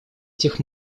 этих